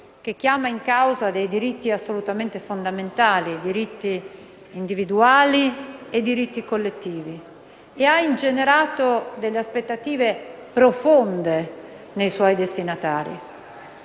che chiama in causa dei diritti assolutamente fondamentali, sia individuali che collettivi, e che ha ingenerato delle aspettative profonde nei suoi destinatari.